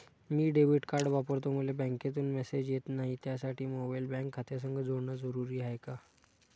मी debit card वापरतो मले बँकेतून मॅसेज येत नाही, त्यासाठी मोबाईल बँक खात्यासंग जोडनं जरुरी हाय का?